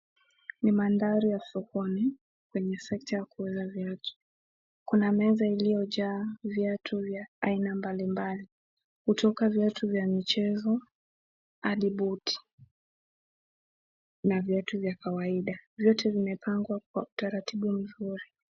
Ni mandhari ya sokoni kwenye sekta ya kuuza viatu. Kuna meza iliyojaa viatu vya aina mbalimbali kutoka viatu vya michezo hadi buti na viatu vya kawaida. Viatu vimepangwa kwa utaratibu mzuri.